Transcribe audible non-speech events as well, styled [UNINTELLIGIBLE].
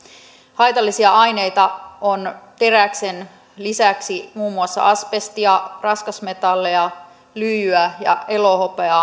haitallisia aineita ovat teräksen lisäksi muun muassa asbesti raskasmetallit lyijy ja ja elohopea [UNINTELLIGIBLE]